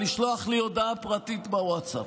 לשלוח לי הודעה פרטית בווטסאפ.